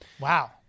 Wow